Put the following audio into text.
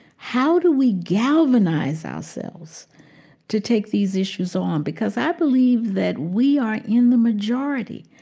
how do we galvanize ourselves to take these issues on? because i believe that we are in the majority,